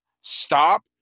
stop